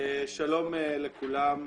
שלום לכולם,